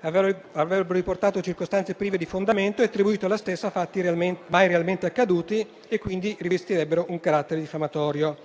avrebbero riportato circostanze prive di fondamento e attribuito alla stessa fatti mai realmente accaduti e rivestirebbero quindi un carattere diffamatorio.